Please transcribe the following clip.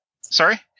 Sorry